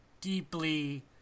deeply